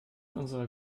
unserer